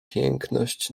piękność